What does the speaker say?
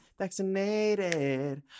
vaccinated